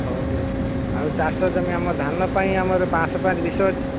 ହେଉ ଠିକ୍ ଅଛି ଆଉ ଚାଷ ଜମି ଆମ ଧାନ ପାଇଁ ଆମର ପାଞ୍ଚଶହ ପାଞ୍ଚ ବିଷ ଅଛି